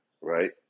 right